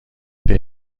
فکر